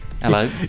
hello